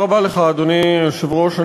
אדוני היושב-ראש,